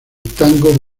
tango